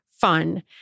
fun